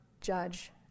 judge